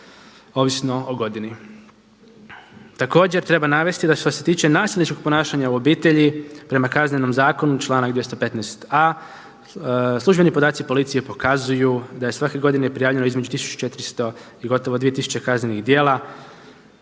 ovisno o godini.